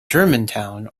germantown